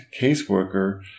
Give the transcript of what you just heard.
caseworker